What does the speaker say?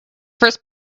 first